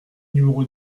numéro